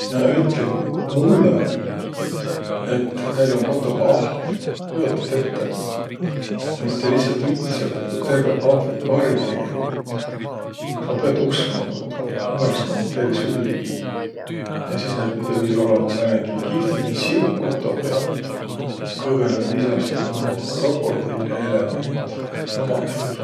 Nä ütliq mullõ, et näil um kotoh ahv. Kujotat ette? Ja mitte lihtsält üts, aga nigu terveq ahvikari tegeligult. Kas ma piät uskma tuud vai? Mu meelest nä ummaq peris ulliq. Ja sis näil pidi olõma viil määnegi kihvtine siug kotoh ja kõgõlõ lisas viil määnegi krokotill ja eelevant. No maq ei usuq.